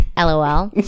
lol